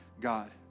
God